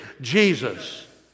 Jesus